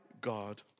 God